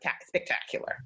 spectacular